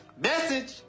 message